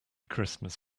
christmas